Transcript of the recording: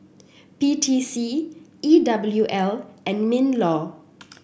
P T C E W L and Minlaw